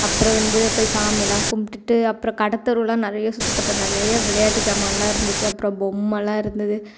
அப்புறம் வந்து போய் சாமி எல்லாம் கும்பிடுட்டு அப்புறம் கடைத்தெருலாம் நிறையா சுற்று பார்த்தோம் நிறையா விளையாட்டு சாமான்லாம் இருந்துச்சு அப்புறம் பொம்மைலாம் இருந்துது